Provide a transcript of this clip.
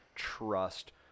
trust